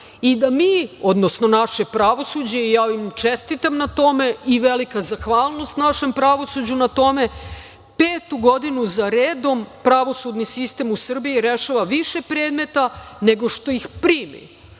i da mi, odnosno naše pravosuđe, i ja im čestitam na tome i velika zahvalnost našem pravosuđu na tome, petu godinu za redom pravosudni sistem u Srbiji rešava više predmeta, nego što ih primi. Dakle,